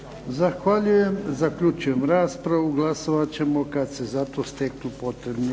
Zahvaljujem. Zaključujem raspravu. Glasovat ćemo kad se za to steknu potrebni